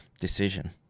decision